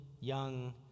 young